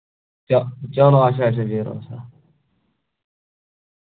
چا چلو اَچھا اَچھا بیٚہہ رۄبَس حَوال